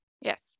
Yes